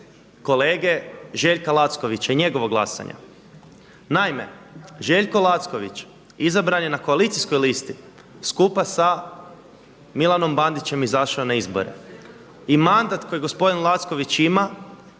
kolege Željka Lackovića i njegovog glasovanja. Naime, Željko Lacković izabran je na koalicijskoj listi skupa sa Milanom Bandićem je izašao na izbore. I mandat koji gospodin Lacković ima